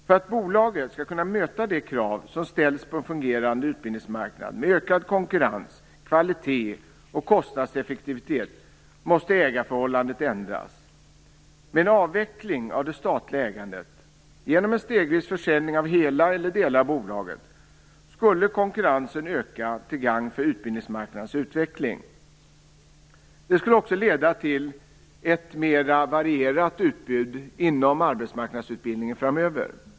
För att bolaget skall kunna möta de krav som ställs på en fungerande utbildningsmarknad med ökad konkurrens, kvalitet och kostnadseffektivitet måste ägarförhållandet ändras. Med en avveckling av det statliga ägandet, genom en stegvis försäljning av hela eller delar av bolaget, skulle konkurrensen öka till gagn för utbildningsmarknadens utveckling. Det skulle också leda till ett mera varierat utbud inom arbetsmarknadsutbildningen framöver.